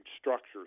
structures